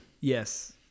Yes